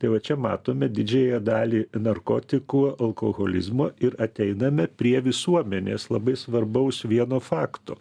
tai va čia matome didžiąją dalį narkotikų alkoholizmo ir ateiname prie visuomenės labai svarbaus vieno fakto